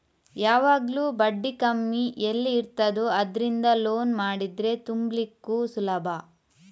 ಯಾವಾಗ್ಲೂ ಬಡ್ಡಿ ಕಮ್ಮಿ ಎಲ್ಲಿ ಇರ್ತದೋ ಅದ್ರಿಂದ ಲೋನ್ ಮಾಡಿದ್ರೆ ತುಂಬ್ಲಿಕ್ಕು ಸುಲಭ